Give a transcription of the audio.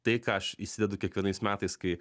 tai ką aš įsidedu kiekvienais metais kai